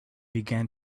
began